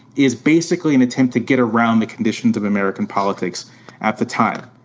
is basically an attempt to get around the conditions of american politics at the time.